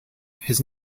his